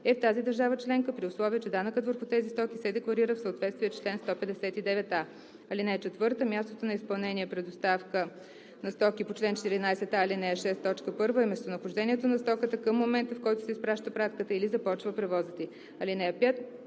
е в тази държава членка, при условие че данъкът върху тези стоки се декларира в съответствие с чл. 159а. (4) Мястото на изпълнение при доставка на стока по чл. 14а, ал. 6, т. 1 е местонахождението на стоката към момента, в който се изпраща пратката или започва превозът й.